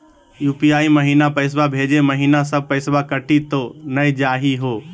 UPI महिना पैसवा भेजै महिना सब पैसवा कटी त नै जाही हो?